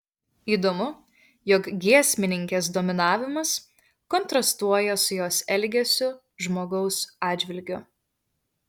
įdomu jog giesmininkės dominavimas kontrastuoja su jos elgesiu žmogaus atžvilgiu